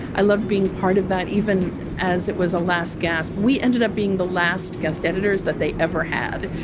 i love being part of that even as it was a last gasp. we ended up being the last guest editors that they ever had.